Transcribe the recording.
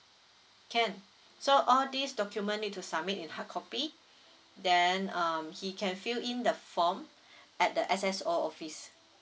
can so all this document need to submit in hardcopy then um he can fill in the form at the S_S_O office